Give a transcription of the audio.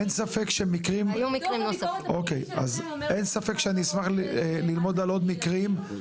אין ספק שאני אשמח ללמוד על עוד מקרים,